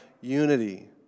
unity